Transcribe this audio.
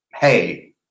hey